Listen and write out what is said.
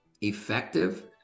effective